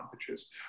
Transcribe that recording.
advantages